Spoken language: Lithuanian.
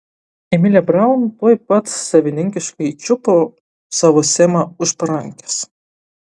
emilė braun tuoj pat savininkiškai čiupo savo semą už parankės